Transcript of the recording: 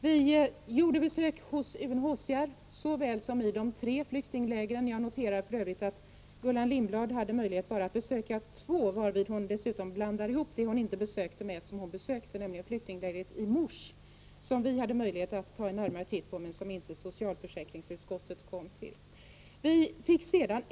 Vi gjorde besök hos UNHCR, liksom i de tre flyktinglägren — jag noterar för övrigt att Gullan Lindblad hade möjlighet att bara besöka två, varvid hon dessutom blandar ihop dem hon besökte med ett som hon inte besökte, nämligen flyktinglägret i Mus, som vi hade möjlighet att ta en närmare titt på, men som socialförsäkringsutskottet inte kom till.